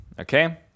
okay